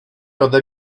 ode